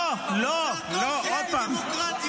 אלקין, לא נעים.